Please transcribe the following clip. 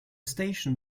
station